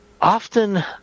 Often